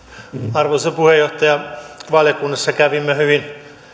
arvoisa puheenjohtaja valiokunnassa kävimme hyvin